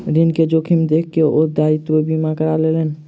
ऋण के जोखिम देख के ओ दायित्व बीमा करा लेलैन